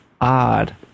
odd